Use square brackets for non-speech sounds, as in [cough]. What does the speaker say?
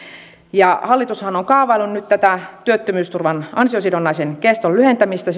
hallitushan on kaavaillut nyt tätä työttömyysturvan ansiosidonnaisen keston lyhentämistä [unintelligible]